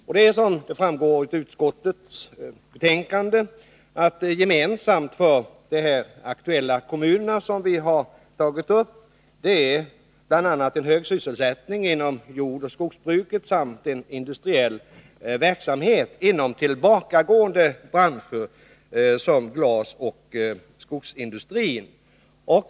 Gemensamt för de kommuner som här är aktuella och som vi nämner i motionen är bl.a. — som också framgår av utskottsbetänkandet — hög sysselsättning inom jordoch skogsbruk samt en industriell verksamhet inom tillbakagående branscher som glasoch skogsindustri.